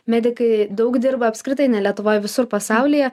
medikai daug dirba apskritai ne lietuvoj visur pasaulyje